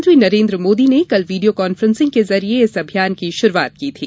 प्रधानमंत्री नरेन्द्र मोदी ने कल वीडियो कांफ्रेंसिंग के जरिये इस अभियान की शुरूआत की थी